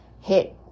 hit